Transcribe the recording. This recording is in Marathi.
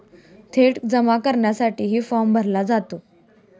थेट जमा करण्यासाठीही फॉर्म भरला जातो